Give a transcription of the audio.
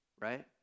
Right